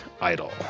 idol